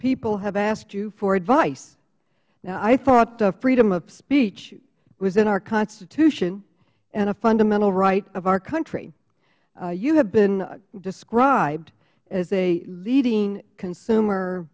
people have asked you for advice now i thought freedom of speech was in our constitution and a fundamental right of our country you have been described as a leading